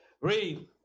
Read